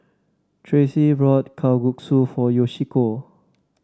Tracie brought Kalguksu for Yoshiko